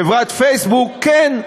חברת פייסבוק, כן.